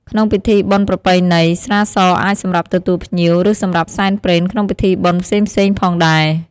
ក្នុងពិធីបុណ្យប្រពៃណី ស្រាសអាចសម្រាប់ទទួលភ្ញៀវ ឬសម្រាប់សែនព្រេនក្នុងពិធីបុណ្យផ្សេងៗផងដែរ។